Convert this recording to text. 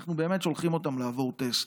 אנחנו באמת שולחים אותם לעבור טסט.